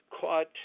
caught